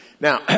Now